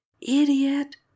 idiot